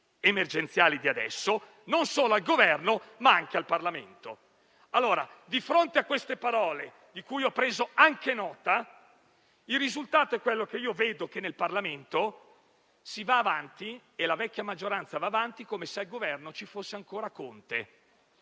emergenziali di adesso, non solo al Governo, ma anche al Parlamento. Di fronte a queste parole, di cui ho preso anche nota, il risultato allora è quello che vedo: nel Parlamento si va avanti e la vecchia maggioranza va avanti come se al Governo ci fosse ancora Conte.